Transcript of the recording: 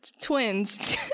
twins